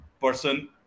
person